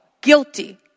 guilty